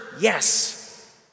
yes